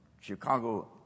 Chicago